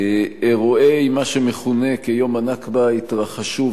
אירועי מה שמכונה "יום הנכבה" התרחשו,